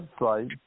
website